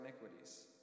iniquities